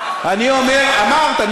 אמרת.